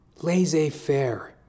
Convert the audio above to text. laissez-faire